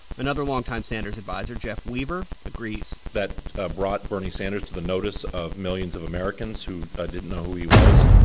another longtime sanders' adviser, jeff weaver, agrees that ah brought bernie sanders to the notice of millions of americans who didn't know who he was.